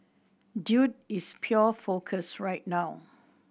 dude is pure focus right now